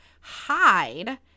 hide